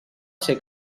ser